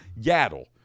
Yaddle